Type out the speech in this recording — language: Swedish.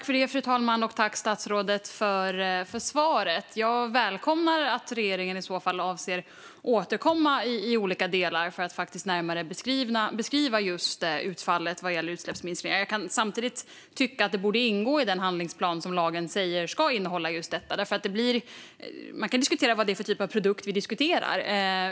Fru talman! Tack, statsrådet, för svaret! Jag välkomnar om regeringen avser att återkomma i olika delar för att närmare beskriva utfallet av utsläppsminskningar. Samtidigt tycker jag att det borde ingå i den handlingsplan som lagen säger ska innehålla just detta. Man kan fundera över vilket slags produkt vi diskuterar.